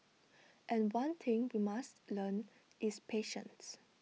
and one thing we must learn is patience